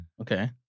Okay